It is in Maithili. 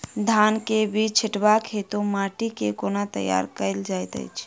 धान केँ बीज छिटबाक हेतु माटि केँ कोना तैयार कएल जाइत अछि?